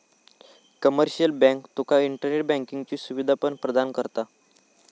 commercial bank तुका internet बँकिंगची सुवीधा पण प्रदान करता